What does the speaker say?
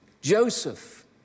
Joseph